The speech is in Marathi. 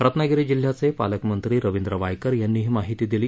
रत्नागिरी जिल्ह्याचे पालकमीी रविद्व वायकर याप्ती ही माहिती दिली